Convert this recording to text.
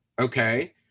okay